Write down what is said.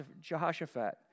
Jehoshaphat